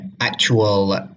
actual